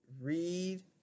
read